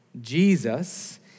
Jesus